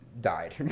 died